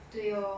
对 lor